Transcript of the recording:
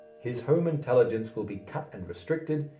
his home intelligence will be cut and restricted,